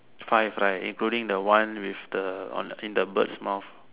five right including the one with the on the in the bird's mouth